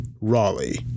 Raleigh